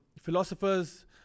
philosophers